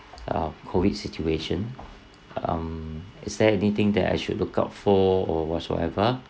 uh COVID situation um is there anything that I should look out for or whatsoever